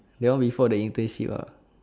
that one before the internship ah